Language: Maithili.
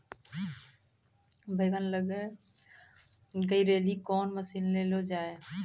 बैंगन लग गई रैली कौन मसीन ले लो जाए?